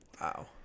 Wow